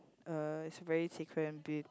uh it's a very sacred and